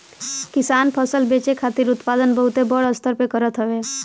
किसान फसल बेचे खातिर उत्पादन बहुते बड़ स्तर पे करत हवे